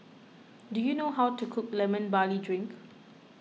do you know how to cook Lemon Barley Drink